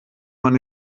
man